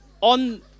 On